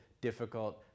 difficult